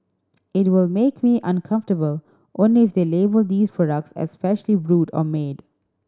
it will make me uncomfortable only if they label these products as freshly brewed or made